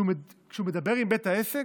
כשהוא מדבר עם בית העסק,